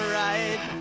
right